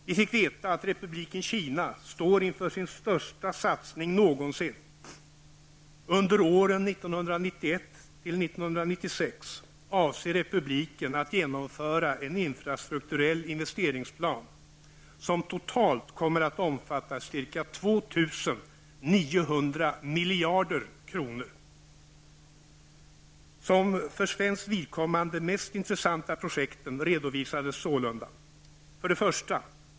Vi fick veta att Republiken Kina står inför sin största satsning någonsin. Under åren 1991 till 1996 avser republiken att genomföra en infrastrukturell investeringsplan, som totalt kommer att omfatta ca Som de för svenskt vidkommande mest intressanta projekten redovisades: 2.